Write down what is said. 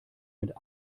mit